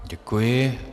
Děkuji.